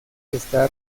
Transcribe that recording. está